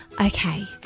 Okay